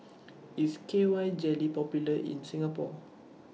IS K Y Jelly Popular in Singapore